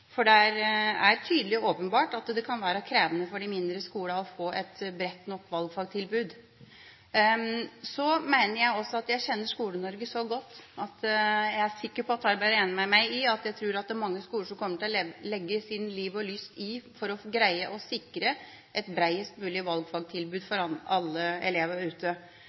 for det er åpenbart at det kan være krevende for de mindre skolene å få et bredt nok valgfagstilbud. Jeg mener også at jeg kjenner Skole-Norge så godt at jeg vet – og det er jeg sikker på at Svein Harberg er enig med meg i – at det er mange skoler som kommer til å sette liv og lyst inn på å sikre et bredest mulig valgfagstilbud for alle elevene der ute.